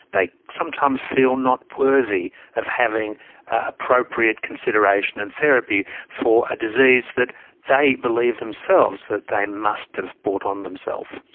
they sometimes feel not worthy of having appropriate consideration and therapy for a disease that they believe themselves that they must have brought on themselves.